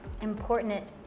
important